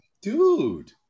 dude